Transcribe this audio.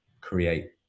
create